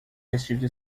vestido